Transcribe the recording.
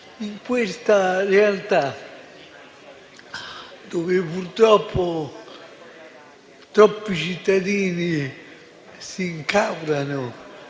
In questa realtà, dove purtroppo troppi cittadini si arrabbiano